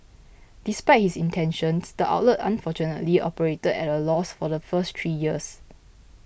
despite his intentions the outlet unfortunately operated at a loss for the first three years